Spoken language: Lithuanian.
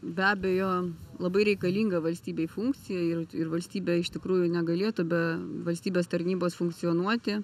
be abejo labai reikalinga valstybei funkcija ir ir valstybė iš tikrųjų negalėtų be valstybės tarnybos funkcionuoti